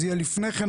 מאוחר.